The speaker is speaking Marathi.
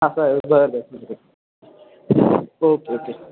हा बरं ओके ओके